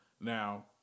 Now